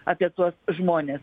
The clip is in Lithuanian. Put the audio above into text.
apie tuos žmones